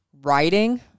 Writing